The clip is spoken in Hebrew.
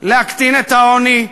להקטין את העוני,